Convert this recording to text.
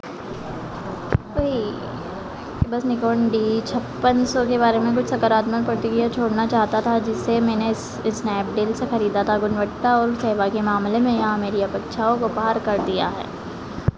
बस Nikon D छप्पन सौ के बारे में कुछ सकारात्मक प्रतिक्रिया छोड़ना चाहता था जिसे मैंने स्नैपडील से खरीदा था गुणवत्ता और सेवा के मामले में यह मेरी अपेक्षाओं को पार कर दिया है